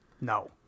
No